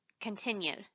continued